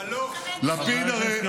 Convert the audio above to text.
אתה לא מקבל החלטה ושום דבר,